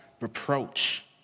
reproach